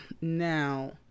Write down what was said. now